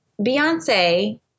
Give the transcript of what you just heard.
Beyonce